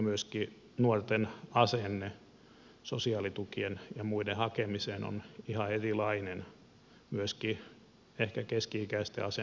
myöskin nuorten asenne sosiaalitukien ja muiden hakemiseen on ihan erilainen ehkä myöskin keski ikäisten asenne on erilainen